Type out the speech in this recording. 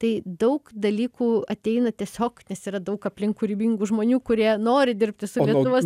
tai daug dalykų ateina tiesiog nes yra daug aplink kūrybingų žmonių kurie nori dirbti su lietuvos